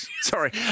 Sorry